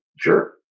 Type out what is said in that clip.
Sure